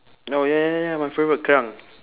orh ya ya ya ya my favourite kerang